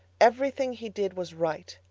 every thing he did, was right.